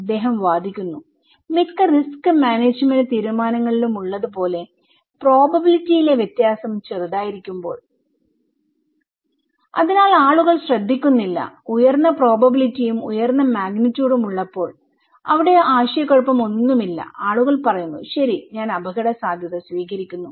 അദ്ദേഹം വാദിക്കുന്നുമിക്ക risk management തീരുമാനങ്ങളിലും ഉള്ളതുപോലെ പ്രോബബിലിറ്റിയിലെ വ്യത്യാസം ചെറുതായിരിക്കുമ്പോൾ അതിനാൽ ആളുകൾ ശ്രദ്ധിക്കുന്നില്ലഉയർന്ന പ്രോബബിലിറ്റിയും ഉയർന്ന മാഗ്നിറ്റ്യൂഡുംഉള്ളപ്പോൾ അവിടെ ആശയക്കുഴപ്പമൊന്നുമില്ല ആളുകൾ പറയുന്നു ശരി ഞാൻ അപകടസാധ്യത സ്വീകരിക്കുന്നു